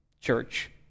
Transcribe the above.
church